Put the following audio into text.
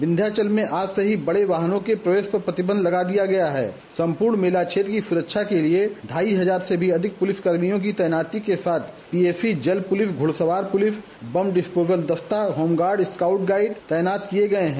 विन्ध्याचल मे आज से ही बड़े वाहनो के प्रवेश पर प्रतिबंध लगा दिया गया हैं सम्पूर्ण मेला क्षेत्र की सुरक्षा के लिये ढाई हजार से भी अधिक पुलिस कर्मियों की तैनाती के साथ पीएसी जल पुलिस घड़सवार पुलिस बम डिस्पोजल दस्ता होमगार्ड स्काउट गाइड तैनात किये गये हैं